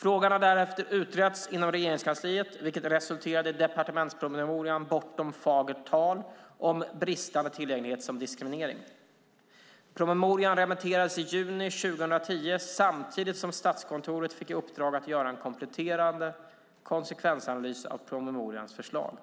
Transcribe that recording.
Frågan har därefter utretts inom Regeringskansliet vilket resulterade i departementspromemorian Bortom fagert tal - om bristande tillgänglighet som diskriminering , Ds 2010:20. Promemorian remitterades i juni 2010 samtidigt som Statskontoret fick i uppdrag att göra en kompletterande konsekvensanalys av promemorians förslag.